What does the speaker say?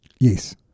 Yes